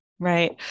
Right